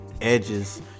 edges